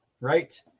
right